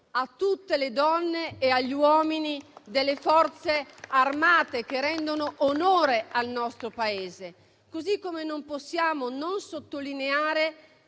a tutte le donne e agli uomini delle Forze armate che rendono onore al nostro Paese. Così come non possiamo non sottolineare